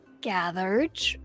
Gathered